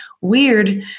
weird